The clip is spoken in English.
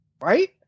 right